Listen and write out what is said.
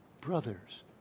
brothers